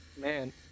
Man